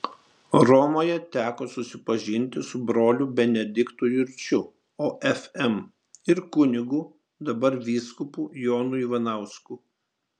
romoje teko susipažinti su broliu benediktu jurčiu ofm ir kunigu dabar vyskupu jonu ivanausku